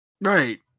Right